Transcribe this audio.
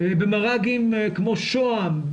במר"ג כמו שוהם,